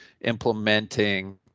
implementing